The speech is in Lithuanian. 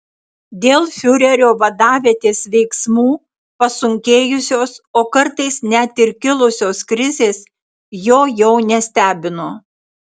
dėl fiurerio vadavietės veiksmų pasunkėjusios o kartais net ir kilusios krizės jo jau nestebino